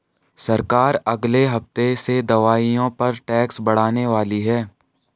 सरकार अगले हफ्ते से दवाइयों पर टैक्स बढ़ाने वाली है